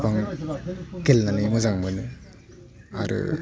आं गेलेनानै मोजां मोनो आरो